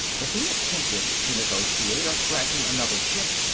if he attempted to negotiate or threaten another ship,